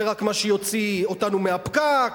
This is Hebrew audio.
רק זה יוציא אותנו מהפקק,